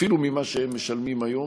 אפילו ממה שהם משלמים היום.